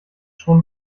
schon